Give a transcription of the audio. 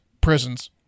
prisons